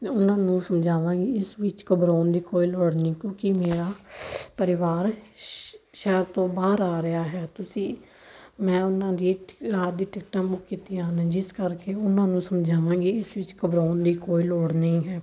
ਉਹਨਾਂ ਨੂੰ ਸਮਝਾਵਾਂਗੀ ਇਸ ਵਿੱਚ ਘਬਰਾਉਣ ਦੀ ਕੋਈ ਲੋੜ ਨਹੀਂ ਕਿਉਂਕੀ ਮੇਰਾ ਪਰਿਵਾਰ ਸ਼ ਸ਼ਹਿਰ ਤੋਂ ਬਾਹਰ ਆ ਰਿਹਾ ਹੈ ਤੁਸੀਂ ਮੈਂ ਉਹਨਾਂ ਦੀ ਟਿਕ ਰਾਤ ਦੀ ਟਿਕਟਾਂ ਬੁੱਕ ਕੀਤੀਆਂ ਹਨ ਜਿਸ ਕਰਕੇ ਉਹਨਾਂ ਨੂੰ ਸਮਝਾਵਾਂਗੀ ਇਸ ਵਿੱਚ ਘਬਰਾਉਣ ਦੀ ਕੋਈ ਲੋੜ ਨਹੀਂ ਹੈ